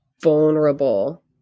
vulnerable